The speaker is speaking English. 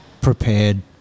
prepared